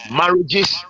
marriages